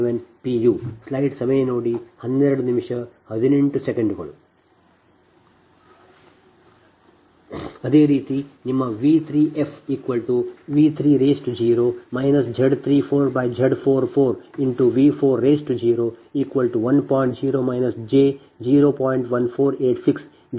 u ಮತ್ತು ದೋಷ bus 4 ರಲ್ಲಿ ಸಂಭವಿಸಿದೆ